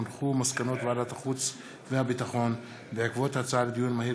הונחו מסקנות ועדת החוץ והביטחון בעקבות דיון מהיר